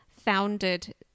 founded